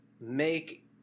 make